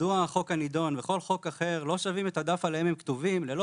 מדוע החוק הנידון וכל חוק אחר לא שווים את הדף עליהם הם כתובים ללא